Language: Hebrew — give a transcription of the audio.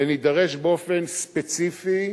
ונידרש באופן ספציפי,